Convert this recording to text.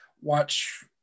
watch